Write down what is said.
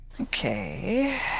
Okay